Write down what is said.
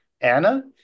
Anna